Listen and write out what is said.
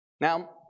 Now